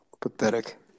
pathetic